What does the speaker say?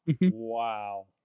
Wow